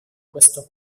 questo